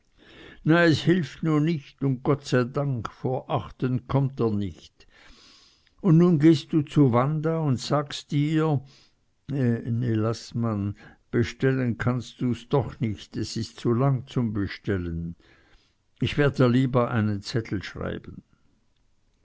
na es hilft nu nich und gott sei dank vor achten kommt er nich und nun gehst du zu wanda und sagst ihr ne laß man bestellen kannst du's doch nich es is zu lang zum bestellen ich werd dir lieber einen zettel schreiben